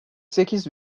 sekiz